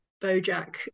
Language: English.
BoJack